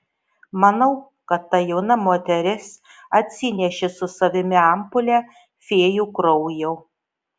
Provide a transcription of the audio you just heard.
manau kad ta jauna moteris atsinešė su savimi ampulę fėjų kraujo